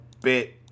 bit